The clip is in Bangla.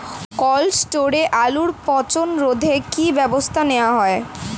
কোল্ড স্টোরে আলুর পচন রোধে কি ব্যবস্থা নেওয়া হয়?